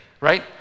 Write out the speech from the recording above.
right